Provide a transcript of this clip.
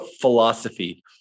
philosophy